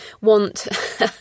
want